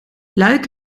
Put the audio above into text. luik